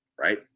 right